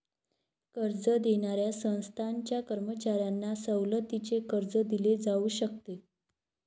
कर्ज देणाऱ्या संस्थांच्या कर्मचाऱ्यांना सवलतीचे कर्ज दिले जाऊ शकते